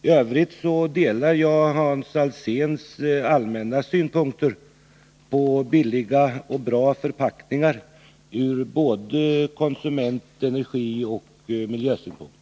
I övrigt delar jag Hans Alséns allmänna synpunkter på billiga och bra förpackningar, både från konsument-, energioch miljösynpunkt.